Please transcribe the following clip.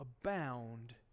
abound